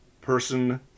person